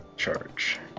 Charge